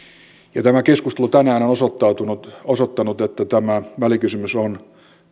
tämä keskustelu tänään on osoittanut että tämä välikysymys on